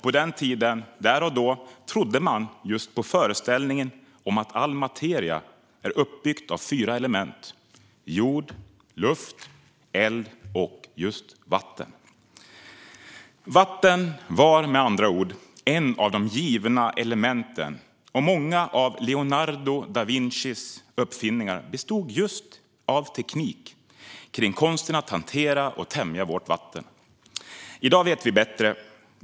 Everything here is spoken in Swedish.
På den tiden, där och då, trodde man på föreställningen att all materia är uppbyggd av fyra element: jord, luft, eld och vatten. Vatten var med andra ord ett av de givna elementen. Och många av Leonardo da Vincis uppfinningar bestod av just teknik kring konsten att hantera och tämja vårt vatten. I dag vet vi bättre.